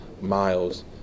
miles